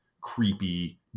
creepy